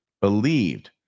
believed